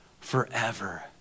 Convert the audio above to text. forever